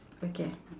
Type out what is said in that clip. okay